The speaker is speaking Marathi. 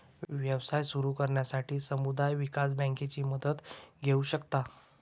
व्यवसाय सुरू करण्यासाठी समुदाय विकास बँकेची मदत घेऊ शकता